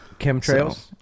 chemtrails